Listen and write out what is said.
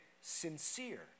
sincere